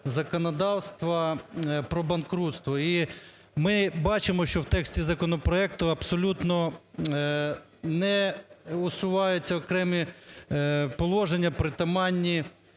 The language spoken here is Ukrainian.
законодавства про банкрутство. І ми бачимо, що в тексті законопроекту абсолютно не усуваються окремі положення, притаманні